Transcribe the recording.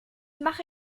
mache